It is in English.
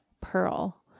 pearl